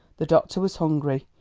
the doctor was hungry,